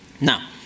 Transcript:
Now